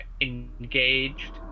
engaged